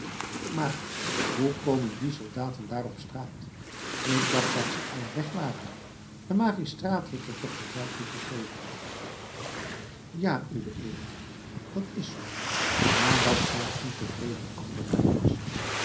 maar hoe komen die soldaten daar op straat ik dacht dat ze allen weg waren de magistraat heeft er toch bevel toe gegeven ja uwe edelheid dat is zoo maar dat zijn ontevreden achterblijvers